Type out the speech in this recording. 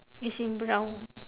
it's in brown